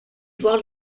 voir